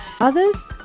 others